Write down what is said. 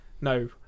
no